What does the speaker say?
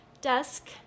desk